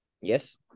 Yes